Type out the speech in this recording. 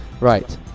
Right